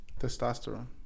Testosterone